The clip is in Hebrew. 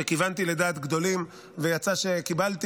שכיוונתי לדעת גדולים ויצא שקיבלתי